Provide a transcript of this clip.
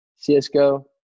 CSGO